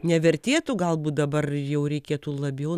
nevertėtų galbūt dabar jau reikėtų labiau